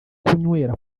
kunywera